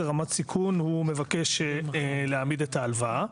רמת סיכון הוא מבקש להעמיד את ההלוואה.